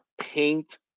paint